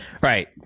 Right